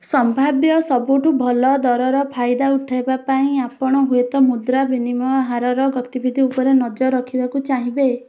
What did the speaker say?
ସମ୍ଭାବ୍ୟ ସବୁଠୁ ଭଲ ଦରର ଫାଇଦା ଉଠାଇବା ପାଇଁ ଆପଣ ହୁଏତ ମୁଦ୍ରା ବିନିମୟ ହାରର ଗତିବିଧି ଉପରେ ନଜର ରଖିବାକୁ ଚାହିଁବେ